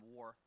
War